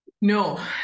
No